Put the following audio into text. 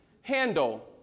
handle